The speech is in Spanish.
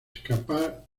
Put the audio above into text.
escapar